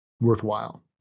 worthwhile